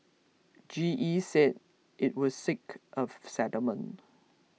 G E said it would seek a settlement